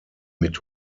mit